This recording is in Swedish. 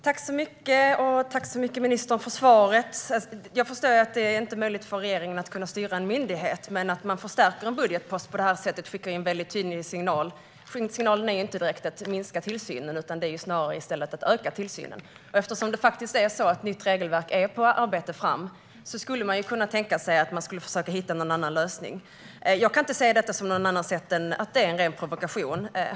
Fru talman! Tack, ministern, för svaret! Jag förstår att det inte är möjligt för regeringen att styra en myndighet. Men att förstärka en budgetpost på detta sätt ger en väldigt tydlig signal. Signalen är inte direkt att man ska minska tillsynen, utan signalen är snarare att man ska öka tillsynen. Eftersom det faktiskt är så att ett nytt regelverk håller på att arbetas fram skulle man ju kunna tänka sig att försöka hitta en annan lösning. Jag kan inte se detta som något annat än en ren provokation.